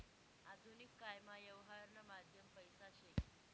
आधुनिक कायमा यवहारनं माध्यम पैसा शे